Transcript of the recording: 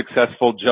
successful